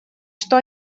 что